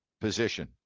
position